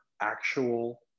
actual